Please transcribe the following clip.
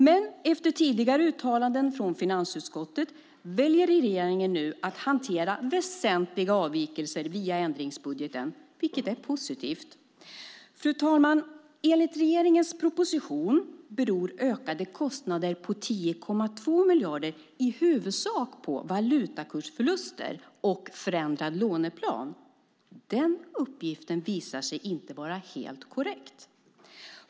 Men efter tidigare uttalanden från finansutskottet väljer nu regeringen att hantera väsentliga avvikelser via ändringsbudgeten, vilket är positivt. Fru talman! Enligt regeringens proposition beror ökade kostnader på 10,2 miljarder i huvudsak på valutakursförluster och förändrad låneplan. Den uppgiften visar sig inte vara helt korrekt.